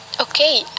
Okay